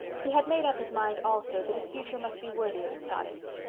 he had made up his mind, also, that his future must be worthy of its goddess.